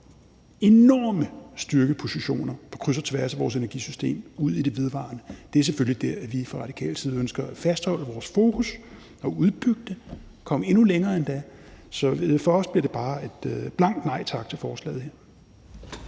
enorme styrkepositioner på kryds og tværs af vores energisystem i det vedvarende. Det er selvfølgelig der, vi fra Radikales side ønsker at fastholde fokus og udbygge det og endda komme endnu længere. Så for os bliver det bare et blankt nej tak til forslaget her.